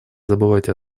забывать